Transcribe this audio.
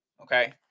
okay